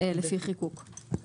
לפי חיקוק".